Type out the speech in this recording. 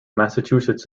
massachusetts